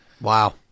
Wow